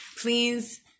please